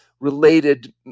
related